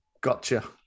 gotcha